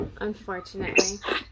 unfortunately